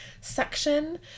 section